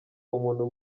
umuntu